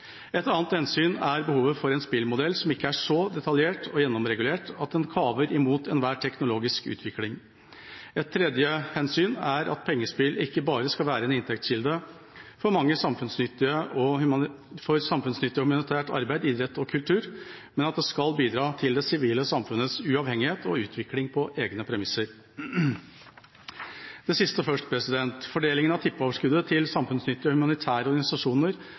Et annet hensyn er behovet for en spillmodell som ikke er så detaljert og gjennomregulert at den kaver imot enhver teknologisk utvikling. Et tredje hensyn er at pengespill ikke bare skal være en inntektskilde for samfunnsnyttig og humanitært arbeid, idrett og kultur, men også bidra til det sivile samfunnets uavhengighet og utvikling på egne premisser. Til det siste først: Fordelingen av tippeoverskuddet til samfunnsnyttige og humanitære organisasjoner